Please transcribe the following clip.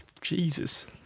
Jesus